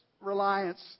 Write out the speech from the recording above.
reliance